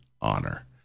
honor